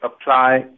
apply